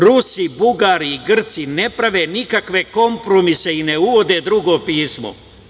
Rusi, Bugari i Grci ne prave nikakve kompromise i ne uvode drugo pismo.